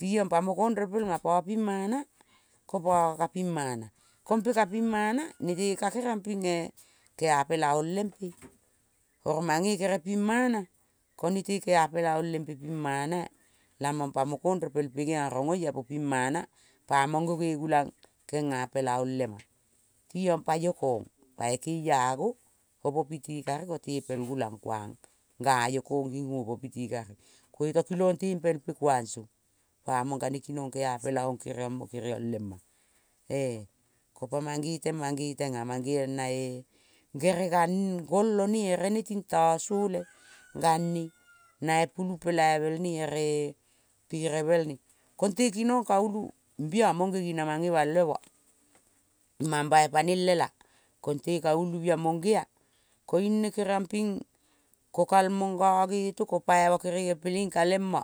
Tiong pa mo kong repel ma. Pa ping mana ko pa kaping mana. Kompe kaping mana, nete ka keriong ping keapela ong lempe. Oro mange kere ping mana ko nete keapela ong lempe ping mana-a. Lamong pa mo kong rempel pe kong rong oia po pim mana-a pamang go ge gulang kengapela ong le ma tiong pa io kong pai keia ngo opopiti kari ko tepel gulang kuang gaio kong ging ngo ipo piti kari. Ko iota kilong tempel pe kuang song pamong kane kinong kea pela ong keriong mo keriong lema. E-kopa mangeteng, mangeteng-a mangeong nae kere gang gol one ere ne tintasole gan-ne naipulu pelaivel ne ere perevelne konte kinong kavulu. Bia monge ging nae balve mua mambai pane el lela. Konte kavulu bia monge-a koiung ne keriong ping kokal monga geto kopai mo kerene pele-ing kaleng mo